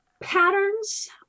Patterns